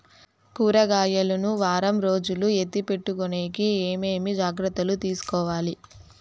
కూరగాయలు ను వారం రోజులు ఎత్తిపెట్టుకునేకి ఏమేమి జాగ్రత్తలు తీసుకొవాలి?